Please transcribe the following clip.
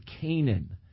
Canaan